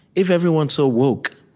if everyone's so woke,